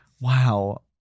wow